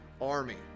army